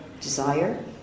desire